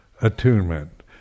attunement